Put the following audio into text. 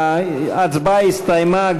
ההצבעה הסתיימה.